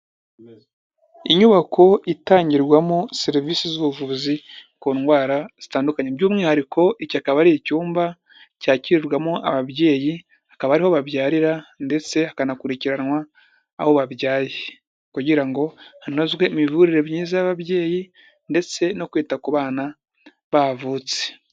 Inyubako itangirwamo serivisi z'ubuvuzi ku ndwara zitandukanye by'umwihariko iki akaba ari icyumba cyakirirwamo ababyeyi, akaba ariho babyarira ndetse hakanakurikiranwa abo babyaye, kugira ngo hanozwe imivurire myiza y'ababyeyi ndetse no kwita ku bana bavutse.